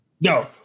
No